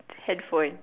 handphone